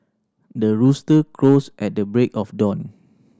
the rooster crows at the break of dawn